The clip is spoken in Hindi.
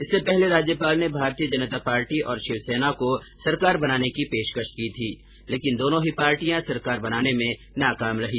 इससे पहले राज्यपाल ने भारतीय जनता पार्टी और शिवसेना को सरकार बनाने की पेशकश की थी लेकिन दोनों ही पार्टियां सरकार बनाने में नाकाम रही